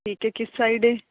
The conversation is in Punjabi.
ਠੀਕ ਹੈ ਕਿਸ ਸਾਈਡ ਹੈ